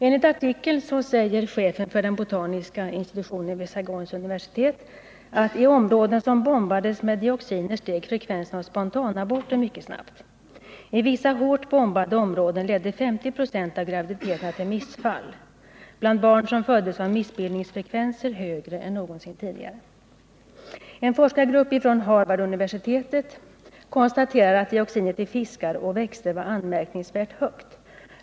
Enligt artikeln säger chefen för den botaniska institutionen vid Saigons 5s Tisdagen den procent av graviditeterna till missfall. Bland barn som föddes var missbild 5 december 1978 ningsfrekvensen högre än någonsin tidigare.” En forskargrupp vid Harvarduniversitetet konstaterade att dioxinhalten i fiskar och växter var anmärkningsvärt hög.